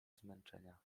zmęczenia